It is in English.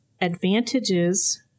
advantages